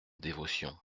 dévotion